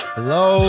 Hello